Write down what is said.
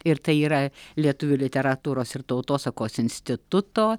ir tai yra lietuvių literatūros ir tautosakos instituto